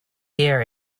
hear